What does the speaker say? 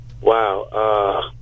wow